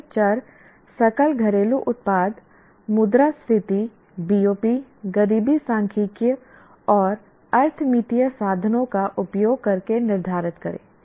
आर्थिक चर सकल घरेलू उत्पाद मुद्रास्फीति BOP गरीबी सांख्यिकीय और अर्थमितीय साधनों का उपयोग करके निर्धारित करें